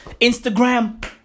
Instagram